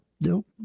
nope